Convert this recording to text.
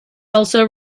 also